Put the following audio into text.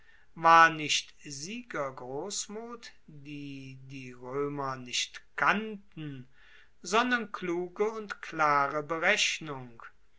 war nicht siegergrossmut die die roemer nicht kannten sondern kluge und klare berechnung